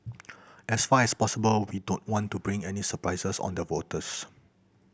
as far as possible we don't want to bring any surprises on the voters